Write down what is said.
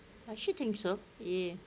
I should think so ya